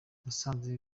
musanze